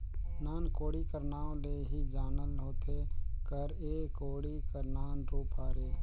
नान कोड़ी कर नाव ले ही जानल होथे कर एह कोड़ी कर नान रूप हरे